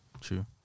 true